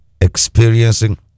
experiencing